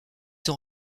son